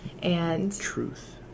Truth